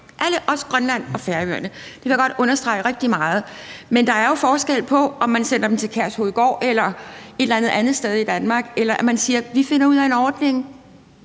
alle – også Grønland og Færøerne. Det vil jeg godt understrege rigtig meget. Men der er jo forskel på, om man sender dem til Kærshovedgård eller et eller andet andet sted i Danmark, eller om man siger: Vi finder ud af en ordning